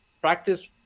practice